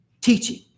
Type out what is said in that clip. teaching